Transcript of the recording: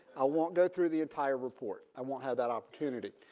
i won't go through the entire report. i won't have that opportunity.